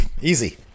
easy